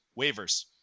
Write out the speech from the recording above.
waivers